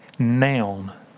noun